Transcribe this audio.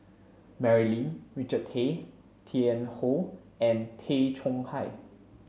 Mary Lim Richard Tay Tian Hoe and Tay Chong Hai